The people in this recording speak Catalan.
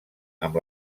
amb